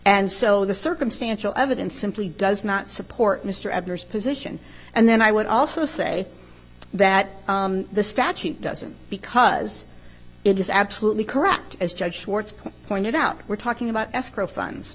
and so the circumstantial evidence simply does not support mr abner's position and then i would also say that the statute doesn't because it is absolutely correct as judge swartz pointed out we're talking about escrow funds